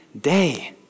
day